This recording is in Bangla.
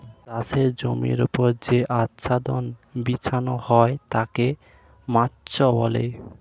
চাষের জমির ওপর যে আচ্ছাদন বিছানো হয় তাকে মাল্চ বলে